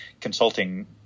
consulting